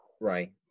Right